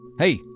Hey